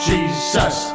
Jesus